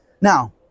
Now